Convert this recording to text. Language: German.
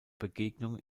begegnung